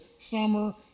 summer